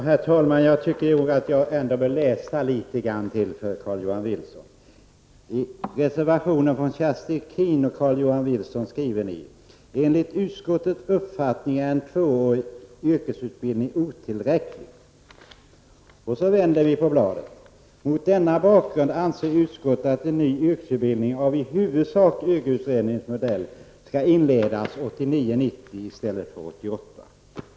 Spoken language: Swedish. Herr talman! Jag tycker nog att jag ändå bör läsa ytterligare något för Carl-Johan Wilson. I Wilson skriver ni att enligt utskottets uppfattning är en tvåårig yrkesutbildning otillräcklig. När man vänder på bladet finner man att det sägs att mot denna bakgrund anser utskottet att en ny yrkesutbildning av i huvudsak ÖGY-utredningens modell skall inledas år 1989/90 i stället för år 1988.